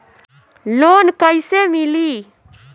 Loan कइसे मिली?